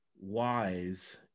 wise